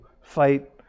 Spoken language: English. fight